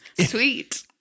Sweet